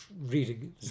reading